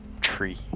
tree